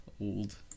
old